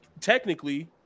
technically